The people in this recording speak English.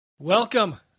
Welcome